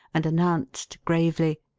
and announced gravely,